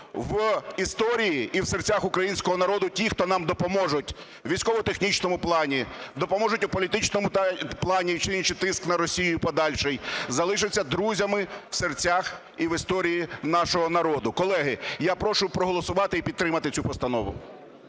в історії і в серцях українського народу ті, хто нам допоможуть у військово-технічному плані, допоможуть у політичному плані чи інший тиск на Росію подальший, залишаться друзями в серцях і в історії нашого народу. Колеги, я прошу проголосувати і підтримати цю постанову.